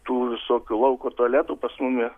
tų visokių lauko tualetų pas mumi